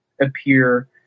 appear